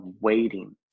waiting